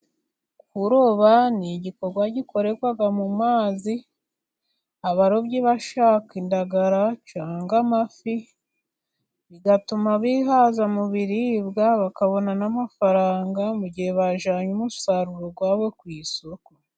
Kuroba ni igikorwa gikorerwa mu mazi, abarobyi bashaka indagara cyangwa amafi, bigatuma bihaza mu biribwa bakabona n'amafaranga mu gihe bajyanye umusaruro wabo ku isoko.